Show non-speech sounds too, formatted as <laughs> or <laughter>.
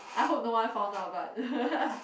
I hope no one found out but <laughs>